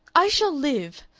i shall live,